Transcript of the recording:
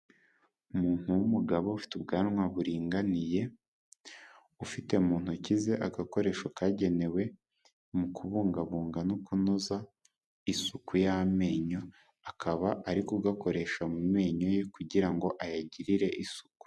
Umuntu w'umugabo ufite ubwanwa buringaniye ufite mu ntoki ze agakoresho kagenewe mu kubungabunga no kunoza isuku y'amenyo akaba ari kugakoresha mu menyo ye kugira ngo ayagirire isuku.